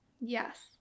yes